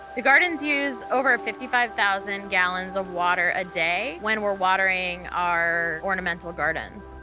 the gardens used over fifty five thousand gallons of water a day when we're watering our ornamental gardens,